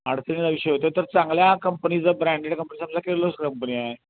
अडचणीचा विषय होतो आहे तर चांगल्या कंपनीचं ब्रँडेड कंपनी समजा किर्लोसकर कंपनी आहे